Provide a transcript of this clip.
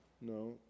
no